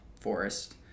forest